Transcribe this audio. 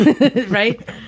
Right